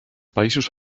països